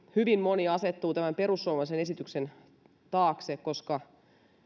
hyvin moni asettuu tämän perussuomalaisten esityksen taakse koska